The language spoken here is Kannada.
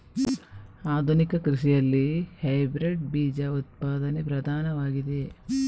ಆಧುನಿಕ ಕೃಷಿಯಲ್ಲಿ ಹೈಬ್ರಿಡ್ ಬೀಜ ಉತ್ಪಾದನೆ ಪ್ರಧಾನವಾಗಿದೆ